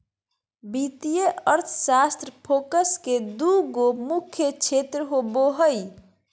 वित्तीय अर्थशास्त्र फोकस के दू गो मुख्य क्षेत्र होबो हइ